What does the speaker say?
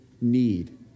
need